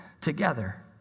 together